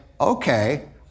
okay